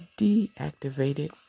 deactivated